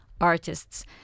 artists